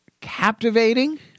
captivating